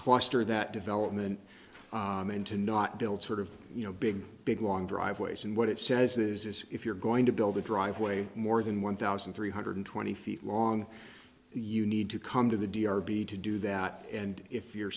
cluster that development into not built sort of you know big big long driveways and what it says is if you're going to build a driveway more than one thousand three hundred twenty feet long you need to come to the d r b to do that and if you're